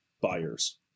buyers